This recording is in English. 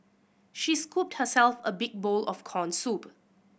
she scooped herself a big bowl of corn soup